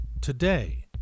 today